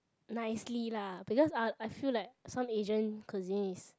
nicely lah because uh I feel like some Asian cuisine is